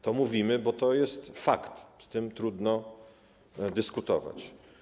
To mówimy, bo to jest fakt, z tym trudno dyskutować.